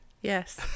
Yes